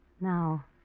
Now